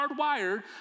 hardwired